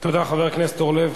תודה, חבר הכנסת אורלב.